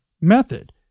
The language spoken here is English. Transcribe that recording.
method